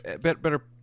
Better